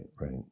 right